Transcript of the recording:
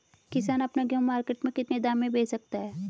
किसान अपना गेहूँ मार्केट में कितने दाम में बेच सकता है?